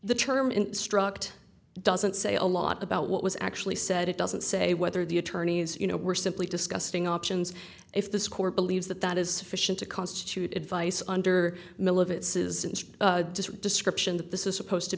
the term in struct doesn't say a lot about what was actually said it doesn't say whether the attorneys you know were simply disgusting options if the score believes that that is sufficient to constitute advice under middle of it says it's just a description that this is supposed to